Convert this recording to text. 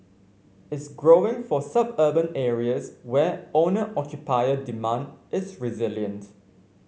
is growing for suburban areas where owner occupier demand is resilient